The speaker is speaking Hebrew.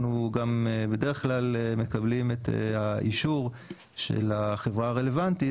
בדרך כלל אנחנו גם מקבלים את האישור של החברה הרלוונטית,